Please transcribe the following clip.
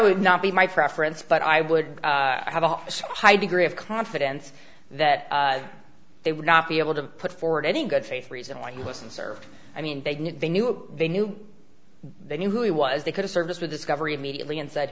would not be my preference but i would have a high degree of confidence that they would not be able to put forward any good faith reason why it wasn't served i mean they knew they knew they knew they knew who he was they could've service with discovery immediately and said